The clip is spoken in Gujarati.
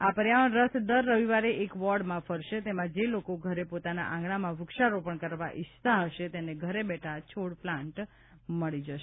આ પર્યાવરણ રથ દર રવિવારે એક વોર્ડમાં ફરશે તેમાં જે લોકો ઘરે પોતાના આંગણામાં વૃક્ષારોપણ કરાવવા ઇચ્છતા હશે તેને ઘરે બેઠા છોડ પ્લાન્ટ મળી જશે